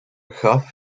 gaf